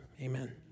Amen